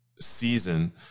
season